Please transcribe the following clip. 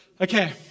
Okay